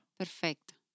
Perfecto